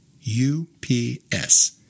u-p-s